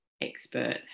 expert